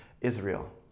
Israel